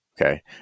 Okay